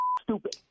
Stupid